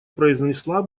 произнесла